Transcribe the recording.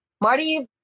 Marty